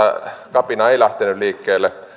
kapina ei lähtenyt liikkeelle